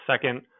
second